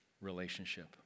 Relationship